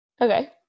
Okay